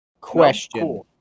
Question